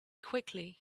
quickly